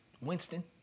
Winston